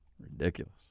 Ridiculous